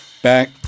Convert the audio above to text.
back